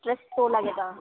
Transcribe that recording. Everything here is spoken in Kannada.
ಸ್ಟ್ರೆಸ್ ತೋಲ್ ಆಗ್ಯದ